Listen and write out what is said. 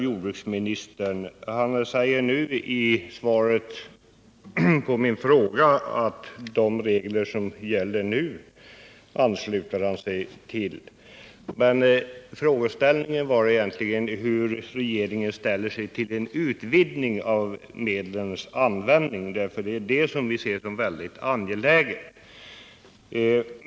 Jordbruksministern säger i svaret på min fråga att han ansluter sig till de regler som gäller nu. Men frågeställningen var egentligen hur regeringen ställer sig till en utvidgning av medlens användning. Det är det som vi ser som mycket angeläget.